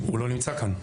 הוא לא נמצא כאן.